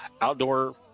Outdoor